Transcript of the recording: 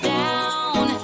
down